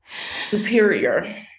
Superior